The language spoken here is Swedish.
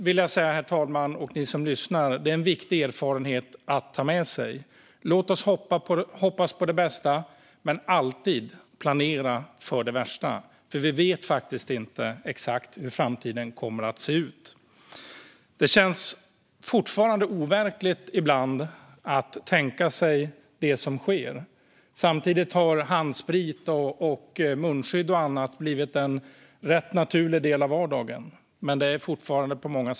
Till herr talmannen och er som lyssnar vill jag säga att det är en viktig erfarenhet att ta med sig: Låt oss hoppas på det bästa men alltid planera för det värsta. Vi vet faktiskt inte exakt hur framtiden kommer att se ut. Det som sker känns fortfarande overkligt ibland. Samtidigt har handsprit, munskydd och annat blivit en ganska naturlig del av vardagen.